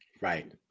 Right